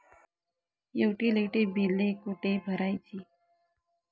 Utility बिले कुठे भरायची?